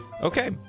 Okay